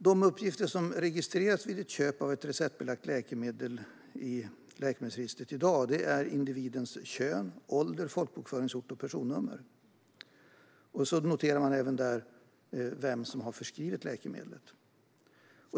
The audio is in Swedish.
De uppgifter som registreras vid ett köp av ett receptbelagt läkemedel i läkemedelsregistret i dag är individens kön, ålder, folkbokföringsort och personnummer. Där noteras även vem som har förskrivit läkemedlet.